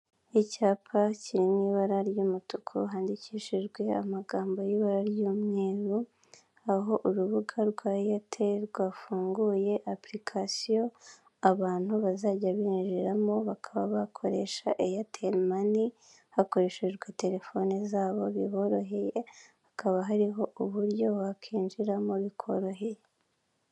Icyapa kiri mu ibara ry'umutuku handikishijwe amagambo y'ibara ry'umweru, aho urubuga rwa eyateri rwafunguye apurikasiyo abantu bazajya binjiramo bakaba bakoresha eyateri mani, hakoreshejwe telefoni zabo biboroheye, hakaba hariho uburyo wakinjiramo bikoroheye.